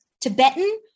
Tibetan